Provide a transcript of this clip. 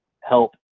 help